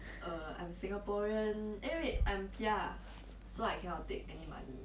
so you not converting meh